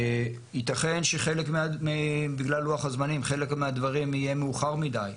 יתכן שבגלל לוח הזמנים חלק מהדברים יהיה מאוחר מידי.